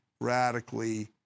radically